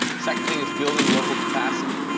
second thing is building local capacity.